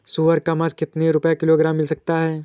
सुअर का मांस कितनी रुपय किलोग्राम मिल सकता है?